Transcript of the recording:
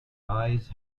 eyes